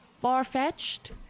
far-fetched